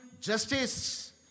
justice